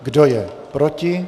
Kdo je proti?